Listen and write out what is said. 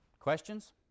Questions